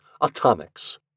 atomics